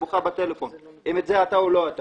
בוכה בטלפון: האם זה אני הנפגע או לא אני הנפגע.